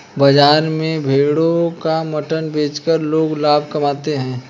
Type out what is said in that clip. बाजार में भेड़ों का मटन बेचकर लोग लाभ कमाते है